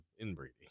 inbreeding